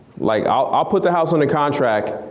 like i'll ah put the house under contract,